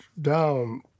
down